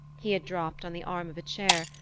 he had dropped on the arm of a chair,